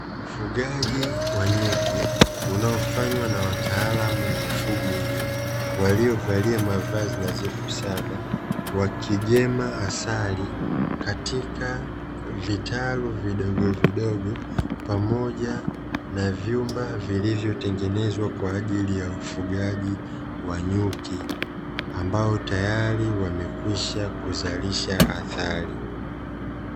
Ufugaji wa nyuki unaofanywa na wataalamu wa mifugo hiyo, waliovalia mavazi nadhifu sana. Wakigema asali katika vitalu vidogovidogo, pamoja na vyumba vilivyotengenezwa kwa ajili ya ufugaji wa nyuki, ambao tayari wamekwisha kuzalisha asali.